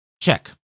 Check